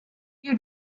you